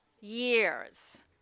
years